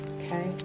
okay